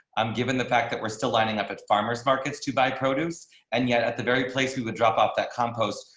um given the fact that we're still lining up at farmer's markets to buy produce and yet at the very place we would drop off that compost.